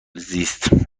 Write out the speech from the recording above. زیست